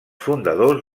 fundadors